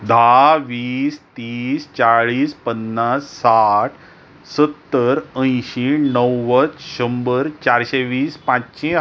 धा वीस तीस चाळीस पन्नास साठ सत्तर अंयशीं णव्वद शंभर चारशें वीस पाचशें